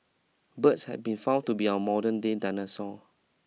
birds have been found to be our modernday dinosaur